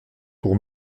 pour